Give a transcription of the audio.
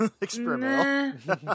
experimental